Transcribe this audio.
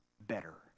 better